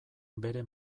bere